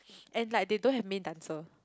and like they don't have main dancer